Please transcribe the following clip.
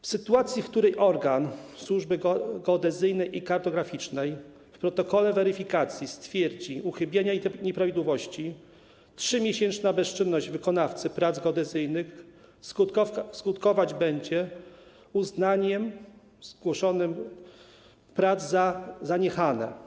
W sytuacji, w której organ służby geodezyjnej i kartograficznej w protokole weryfikacji stwierdzi uchybienia i nieprawidłowości, 3-miesięczna bezczynność wykonawcy prac geodezyjnych skutkować będzie uznaniem zgłoszonych prac za zaniechane.